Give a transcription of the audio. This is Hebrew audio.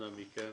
אנא מכם.